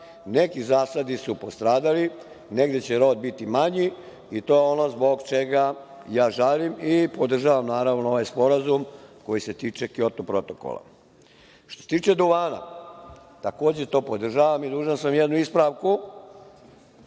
neki zasadi su postradali, negde će rod biti manji, i to je ono zbog čega ja žalim i podržavam ovaj sporazum koji se tiče Kjoto protokola. Što se tiče duvana, takođe i to podržavam. Dužan sam jednu ispravku